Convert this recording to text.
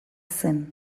zen